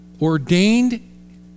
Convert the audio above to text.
ordained